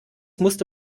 musste